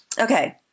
Okay